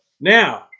Now